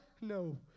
no